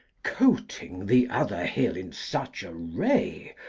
coating the other hill in such array,